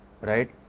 Right